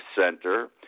center